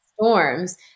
storms